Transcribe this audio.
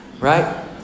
right